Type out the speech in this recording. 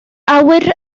awyr